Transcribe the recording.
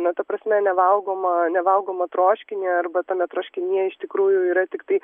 na ta prasme nevalgomą nevalgomą troškinį arba tame troškinyje iš tikrųjų yra tiktai